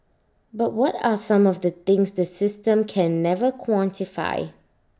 but what are some of the things the system can never quantify